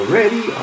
ready